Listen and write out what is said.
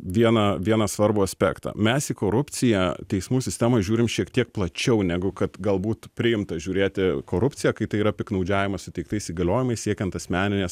vieną vieną svarbų aspektą mes į korupciją teismų sistemoj žiūrim šiek tiek plačiau negu kad galbūt priimta žiūrėt į korupciją kai tai yra piktnaudžiavimas suteiktais įgaliojimais siekiant asmeninės